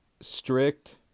Strict